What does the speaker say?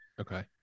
Okay